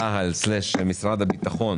רשימת יישובים מצה"ל/משרד הביטחון.